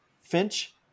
Finch